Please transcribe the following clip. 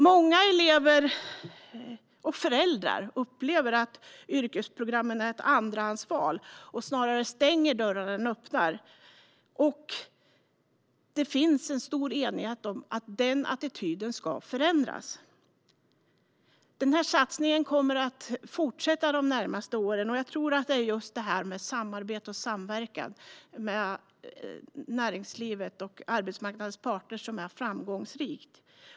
Många elever och föräldrar upplever att yrkesprogrammen är ett andrahandsval som snarare stänger dörren än öppnar. Det finns en stor enighet om att denna attityd ska förändras. Denna satsning kommer att fortsätta de närmaste åren, och jag tror att just samarbete och samverkan med näringslivet och arbetsmarknadens parter är vägen framåt.